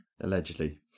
Allegedly